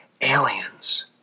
aliens